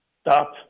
stop